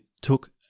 took